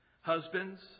Husbands